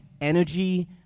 energy